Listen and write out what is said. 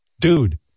dude